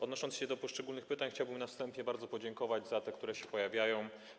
Odnosząc się do poszczególnych pytań, chciałbym na wstępie bardzo podziękować za te, które się pojawiają.